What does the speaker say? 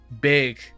big